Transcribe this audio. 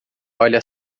olha